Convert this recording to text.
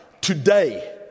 today